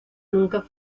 nunca